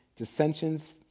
dissensions